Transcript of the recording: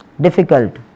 difficult